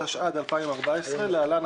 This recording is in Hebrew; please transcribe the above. התשע"ד 2014 (להלן,